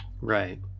Right